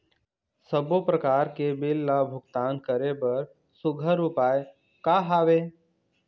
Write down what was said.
सबों प्रकार के बिल ला भुगतान करे बर सुघ्घर उपाय का हा वे?